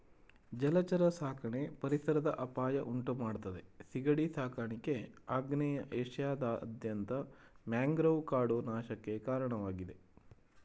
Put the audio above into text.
ಜಲಚರ ಸಾಕಣೆ ಪರಿಸರದ ಅಪಾಯ ಉಂಟುಮಾಡ್ತದೆ ಸೀಗಡಿ ಸಾಕಾಣಿಕೆ ಆಗ್ನೇಯ ಏಷ್ಯಾದಾದ್ಯಂತ ಮ್ಯಾಂಗ್ರೋವ್ ಕಾಡು ನಾಶಕ್ಕೆ ಕಾರಣವಾಗಿದೆ